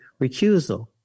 recusal